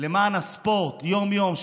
למען הספורט יום-יום,